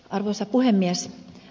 arvoisa puhemies